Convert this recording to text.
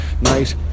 night